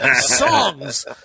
Songs